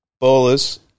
Bowlers